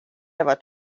ever